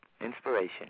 Inspiration